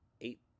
eight